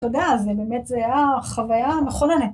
אתה יודע, זה באמת, זו הייתה חוויה נכוננת.